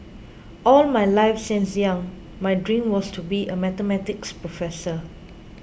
all my life since young my dream was to be a Mathematics professor